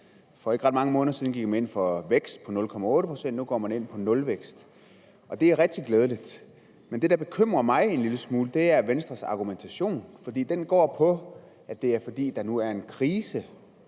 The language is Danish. For ikke ret mange måneder siden gik man ind for en vækst på 0,8 pct. – nu går man ind for nulvækst. Det er rigtig glædeligt, men det, der bekymrer mig en lille smule, er Venstres argumentation, for den går ud på, at fordi der nu er en krise,